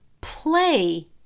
play